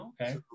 okay